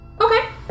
Okay